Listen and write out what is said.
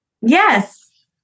Yes